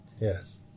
Yes